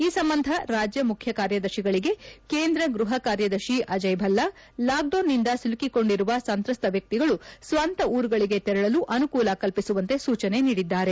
ಈ ಸಂಬಂಧ ರಾಜ್ಯ ಮುಖ್ಯ ಕಾರ್ಯದರ್ಶಿ ಗಳಿಗೆ ಕೇಂದ್ರ ಗೃಪ ಕಾರ್ಯದರ್ಶಿ ಅಜಯ್ ಭಲ್ಲಾ ಲಾಕ್ಡೌನ್ನಿಂದ ಸಿಲುಕಿಕೊಂಡಿರುವ ಸಂತ್ರಸ್ತ ವ್ವಕ್ತಿಗಳು ಸ್ವಂತ ಊರುಗಳಿಗೆ ತೆರಳಲು ಅನುಕೂಲ ಕಲ್ಪಿಸುವಂತೆ ಸೂಚನೆ ನೀಡಿದ್ದಾರೆ